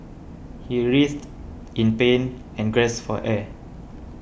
he writhed in pain and gasped for air